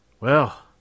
Well